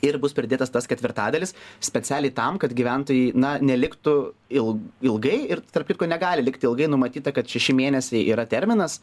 ir bus pridėtas tas ketvirtadalis specialiai tam kad gyventojai na neliktų il ilgai ir tarp kitko negali likti ilgai numatyta kad šeši mėnesiai yra terminas